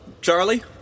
Charlie